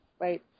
right